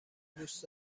دوست